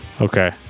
Okay